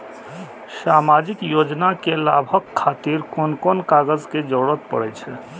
सामाजिक योजना के लाभक खातिर कोन कोन कागज के जरुरत परै छै?